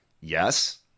yes